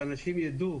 שאנשים ידעו